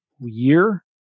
year